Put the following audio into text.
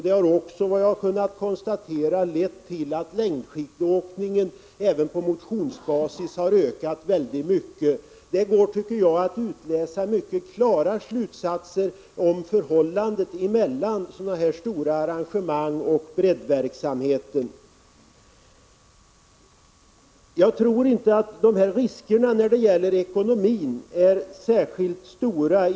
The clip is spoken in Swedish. Det har också enligt vad jag har kunnat konstatera lett till att även längdskidåkningen på motionsbasis har ökat mycket kraftigt. Det är inte något konstigt med den slutsatsen. Det går, tycker jag, att utläsa mycket klara samband mellan sådana stora arrangemang och breddverksamheten. Jag tror inte att riskerna när det gäller ekonomin är särskilt stora.